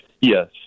Yes